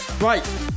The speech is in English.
right